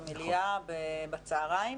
ובמליאה, בצוהריים.